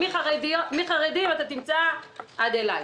תמצא מחרדים ועד אליי.